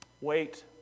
Wait